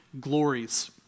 glories